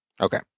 Okay